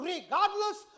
Regardless